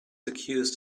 accused